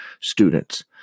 students